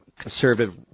Conservative